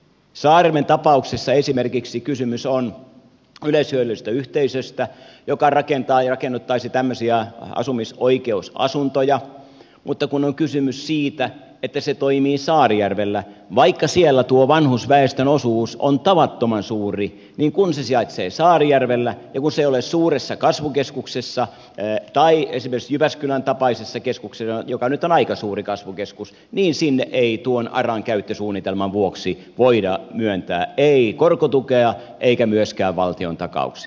saarijärven tapauksessa esimerkiksi kysymys on yleishyödyllisestä yhteisöstä joka rakentaa ja rakennuttaisi tämmöisiä asumisoikeusasuntoja mutta kun on kysymys siitä että se toimii saarijärvellä vaikka siellä tuo vanhusväestön osuus on tavattoman suuri niin kun se sijaitsee saarijärvellä ja kun se ei ole suuressa kasvukeskuksessa tai esimerkiksi jyväskylän tapaisessa keskuksessa joka nyt on aika suuri kasvukeskus niin sinne ei tuon aran käyttösuunnitelman vuoksi voida myöntää korkotukea eikä myöskään valtiontakauksia